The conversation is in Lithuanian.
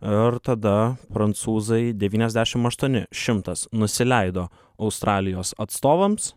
ir tada prancūzai devyniasdešimt aštuoni šimtas nusileido australijos atstovams